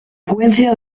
frecuencia